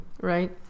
Right